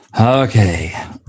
Okay